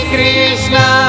Krishna